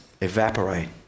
evaporate